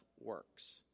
works